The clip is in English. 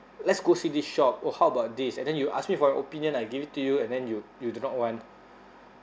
let's go see this shop oh how about this and then you ask me for my opinion I give it to you and then you you do not want